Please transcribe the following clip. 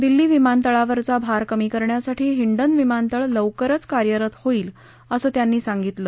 दिल्ली विमानतळावरचा भार कमी करण्यासाठी हिंडन विमानतळ लवकरच कार्यरत होईलअसं त्यांनी सांगितलं